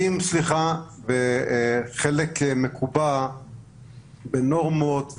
חלק מקובע בנורמות,